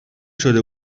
شده